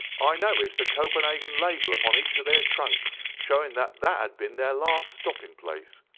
i noticed a copenhagen label upon each of their trunks, showing that that had been their last stopping place.